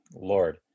Lord